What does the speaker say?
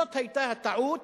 זו היתה הטעות